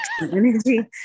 energy